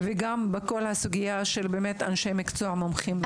וגם בכל הסוגיה של אנשי מקצוע מומחים לדבר.